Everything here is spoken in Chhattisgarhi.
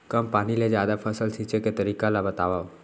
कम पानी ले जादा फसल सींचे के तरीका ला बतावव?